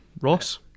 Ross